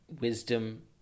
wisdom